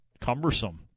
cumbersome